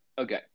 okay